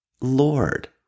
Lord